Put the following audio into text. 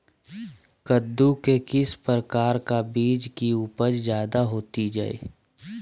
कददु के किस प्रकार का बीज की उपज जायदा होती जय?